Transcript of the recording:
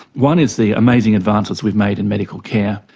one is the amazing advances we've made in medical care,